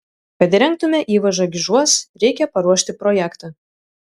kad įrengtume įvažą gižuos reikia paruošti projektą